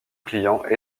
clients